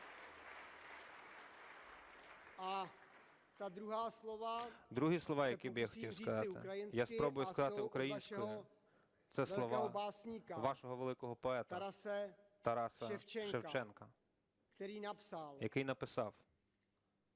Другі слова, які я би хотів сказати, я спробую сказати українською, це слова вашого великого поета Тараса Шевченка, який написав: